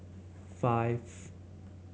five